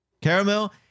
caramel